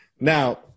Now